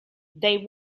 they